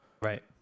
Right